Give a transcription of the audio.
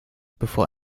bevor